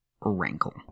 wrinkle